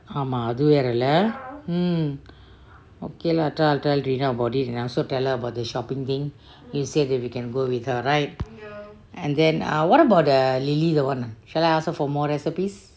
ஆமா அது வேற:aama athu vera ya hmm okay lah later I'll tell rina about it and I also will tell her about the shopping thing you said we can go with her right and then what about the lily the one shall I ask her for more recipes